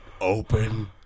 open